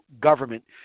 government